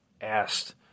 asked